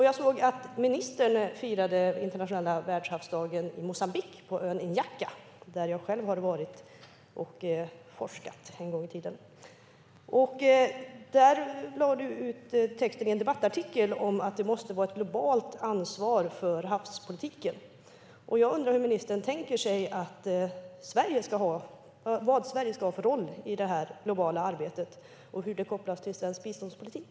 Jag såg att ministern firade Internationella världshavsdagen i Moçambique på ön Inhaca, där jag själv har varit och forskat en gång i tiden. Isabella Lövin skrev i en debattartikel att det måste vara ett globalt ansvar för havspolitiken. Jag undrar vilken roll ministern tänker sig att Sverige ska ha i detta globala arbete och hur det kopplas till svensk biståndspolitik.